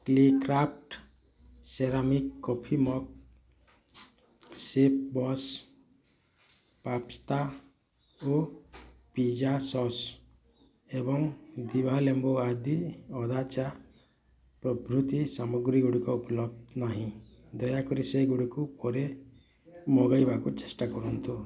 clay craft ceramic coffee mug ଶେଫ୍ବସ୍ pasta ଓ pizza sauce ଏବଂ ଦିଭା ଲେମ୍ବୁ ଅଦା ଚା' ପ୍ରଭୃତି ସାମଗ୍ରୀଗୁଡ଼ିକ ଉପଲବ୍ଧ ନାହିଁ ଦୟାକରି ସେଗୁଡ଼ିକୁ ପରେ ମଗାଇବାକୁ ଚେଷ୍ଟା କରନ୍ତୁ